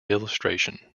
illustration